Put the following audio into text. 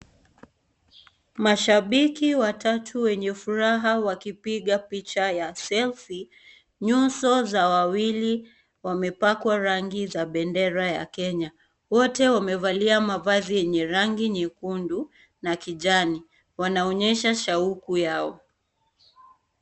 Mashabiki watatu wenye furaha wakipiga picha ya selfie . Nyuso za wawili wamepakwa rangi za bendera ya Kenya. Wote wamevalia mavazi yenye rangi nyekundu na kijani, Wanaonyesha shauku yao.